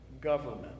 government